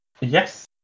yes